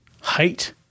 height